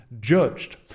judged